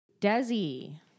Desi